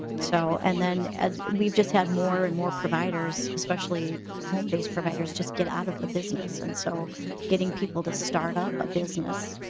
so and then we just had more and more providers especially home based providers get out of the business and so getting people to start up a business